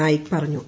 നായിക് പറഞ്ഞു